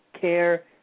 care